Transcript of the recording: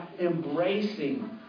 embracing